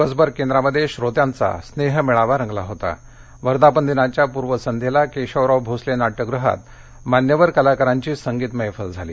दिवसभर केंद्रामध्ये श्रोत्यांचा स्नेहमेळावा रंगला होता वर्धापन दिनाच्या पूर्वसंध्येला केशवराव भोसले नाट्यगृहात मान्यवर कलाकारांची संगीत मैफल झाली